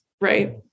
right